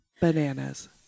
Bananas